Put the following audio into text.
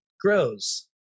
grows